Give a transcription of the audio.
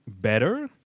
better